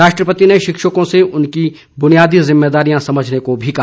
राष्ट्रपति ने शिक्षकों से उनकी बुनियादी जिम्मेदारियां समझने को भी कहा